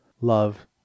Love